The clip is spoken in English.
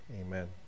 amen